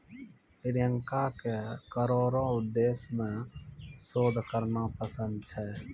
प्रियंका के करो रो उद्देश्य मे शोध करना पसंद छै